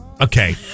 Okay